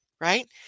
right